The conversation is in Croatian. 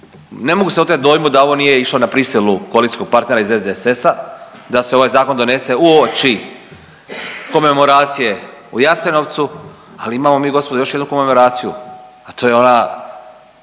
Ne mogu se oteti dojmu da ovo nije išlo na prisilu koalicijskog partnera iz SDSS-a, da se ovaj Zakon donese uoči komemoracije u Jasenovcu, ali imamo mi gospodo još jednu komemoraciju, a to je ona